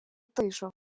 тишу